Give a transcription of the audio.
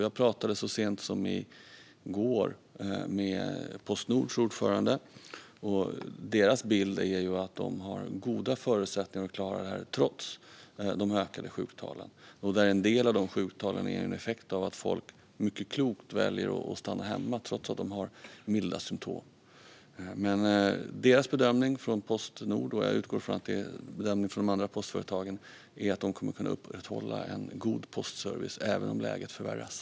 Jag talade så sent som i går med Postnords ordförande. Postnords bild är att man har goda förutsättningar att klara detta trots de ökade sjuktalen. En del av dessa sjuktal är en effekt av att folk mycket klokt väljer att stanna hemma trots att de har milda symtom. Men bedömningen från Postnord, och jag utgår från att de andra postföretagen gör samma bedömning, är att man kommer att kunna upprätthålla en god postservice även om läget förvärras.